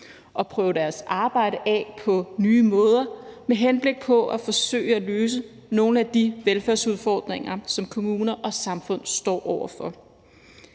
og prøve deres arbejde af på nye måder og med henblik på at forsøge at løse nogle af de velfærdsudfordringer, som kommunerne og samfundet står over for.